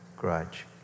grudge